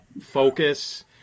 focus